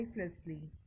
lifelessly